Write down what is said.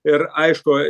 ir aišku